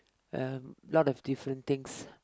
a lot of different things